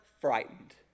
frightened